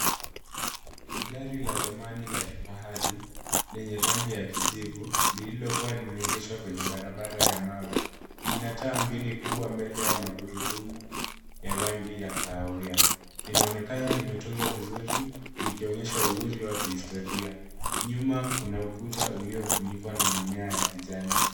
Gari la zamani la kifahari lenye rangi ya kijivu lililokuwa limeegeshwa kwenye barabara ya mawe. Lia taa kuwa mbele na magurudumu ya rangi ya kahawia. Inaonekana limetunzwa vizuri likionyesha uzuri wa kihistoria. Nyuma kuna ukuta uliofunikwa na mimea ya kijani.